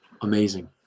amazing